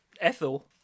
Ethel